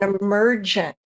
emergent